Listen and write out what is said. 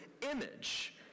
image